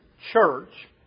church